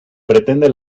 pretende